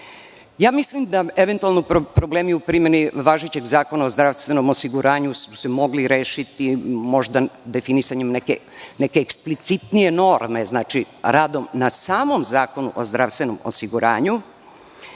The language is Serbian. da su eventualno problemi u primeni važećeg Zakona o zdravstvenom osiguranju se mogli rešiti možda definisanjem neke eksplicitnije norme, znači, radom na samom Zakonu o zdravstvenom osiguranju,